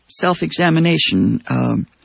self-examination